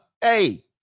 Hey